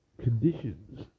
conditions